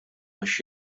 għax